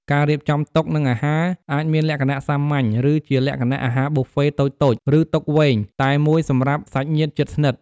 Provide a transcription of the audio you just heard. ការរៀបចំតុ និងអាហារអាចមានលក្ខណៈសាមញ្ញ ឬជាលក្ខណៈអាហារប៊ូហ្វេតូចៗ ឬតុវែងតែមួយសម្រាប់សាច់ញាតិជិតស្និទ្ធ។